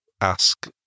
ask